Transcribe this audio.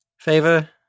favor